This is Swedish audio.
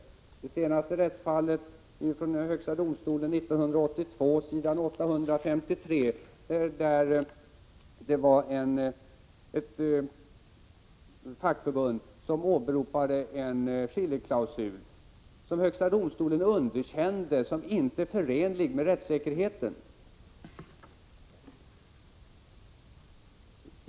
I det senaste rättsfallet från högsta domstolen, NJA 11982 s. 853, var det ett fackförbund som åberopade en skiljeklausul som högsta domstolen underkände såsom inte förenlig med rättssäkerheten.